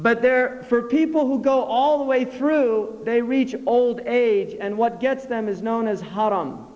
but there are people who go all the way through they reach old age and what gets them is known as hot